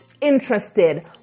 interested